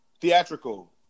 Theatrical